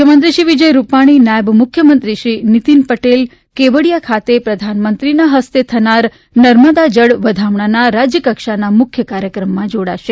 મુખ્યમંત્રી શ્રી વિજય રૂપાણી નાયબ મુખ્ય મંત્રી શ્રી નીતિન પટેલ કેવડીયા ખાતે પ્રધાનમંત્રીશ્રીના હસ્તે થનારા નર્મદા જળ વધામણાના રાજ્ય કક્ષાના મુખ્ય કાર્યક્રમમાં જોડાશે